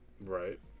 Right